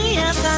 yes